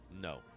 no